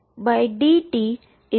તેથી dρdt≠0 થશે